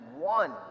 one